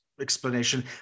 explanation